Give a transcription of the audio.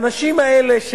האנשים האלה,